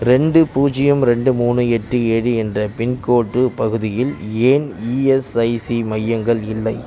ரெண்டு பூஜ்ஜியம் ரெண்டு மூணு எட்டு ஏழு என்ற பின்கோட்டு பகுதியில் ஏன் இஎஸ்ஐசி மையங்கள் இல்லை